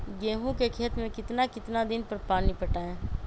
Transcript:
गेंहू के खेत मे कितना कितना दिन पर पानी पटाये?